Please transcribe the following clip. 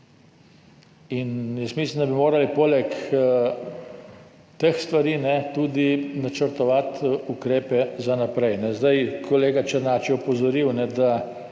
In jaz mislim, da bi morali poleg teh stvari tudi načrtovati ukrepe za naprej. Kolega Černač je opozoril, da